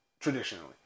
traditionally